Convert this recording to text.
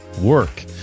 Work